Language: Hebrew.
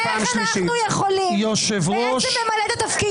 איך אנחנו יכולים בעצם למלא את התפקיד